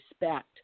respect